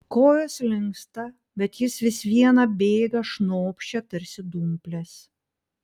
kojos linksta bet jis vis viena bėga šnopščia tarsi dumplės